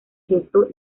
gesto